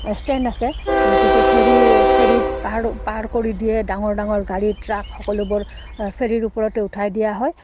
stand আছে গতিকে ferry ফেৰীত পাৰ পাৰ কৰি দিয়ে ডাঙৰ ডাঙৰ গাড়ী ট্ৰাক সকলোবোৰ ফেৰীৰ ওপৰতে উঠাই দিয়া হয়